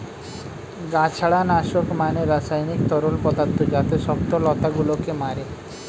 গাছড়া নাশক মানে রাসায়নিক তরল পদার্থ যাতে শক্ত লতা গুলোকে মারে